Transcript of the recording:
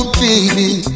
baby